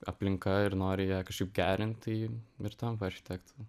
aplinka ir nori ją kažkaip gerint tai ir tampa architektu